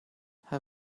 her